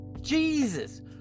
Jesus